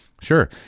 Sure